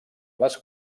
les